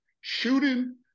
shooting